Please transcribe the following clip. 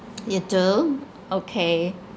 you do okay